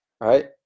right